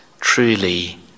truly